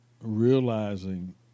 Realizing